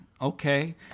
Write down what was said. okay